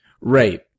Right